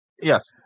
Yes